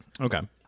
okay